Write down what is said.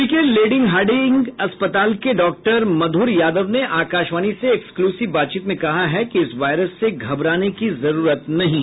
दिल्ली के lady Hardinge अस्पताल के डॉक्टर मधुर यादव ने आकाशवाणी से एक्सक्लुसिव बातचीत में कहा है कि इस वायरस से घबराने की जरूरत नहीं है